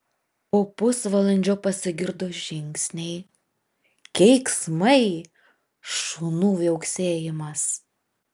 po pusvalandžio pasigirdo žingsniai keiksmai šunų viauksėjimas